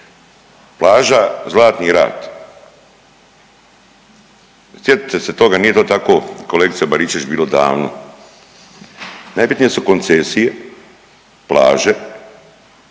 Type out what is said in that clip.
Plaža Zlatni rat, sjetite se toga nije to tako kolegice Baričević bilo davno. Najbitnije su koncesije plaže